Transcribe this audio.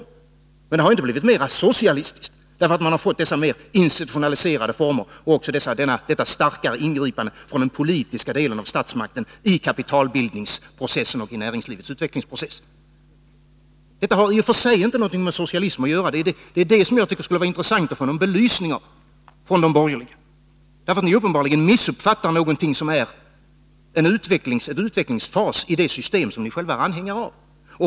Men Japan har inte blivit mera socialistiskt till följd av dessa mer institutionaliserade former och detta starka ingripande från den politiska delen av statsmakten i kapitalbildningsprocessen och näringslivets utvecklingsprocess, för det har i och för sig inte något med socialism att göra. Det är denna fråga som det skulle vara intressant att få belyst av de borgerliga. Ni missuppfattar uppenbarligen någonting som är en utvecklingsfas i det system som ni själva är anhängare av.